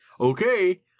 Okay